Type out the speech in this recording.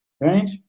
Right